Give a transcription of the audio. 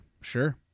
sure